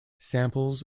samples